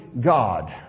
God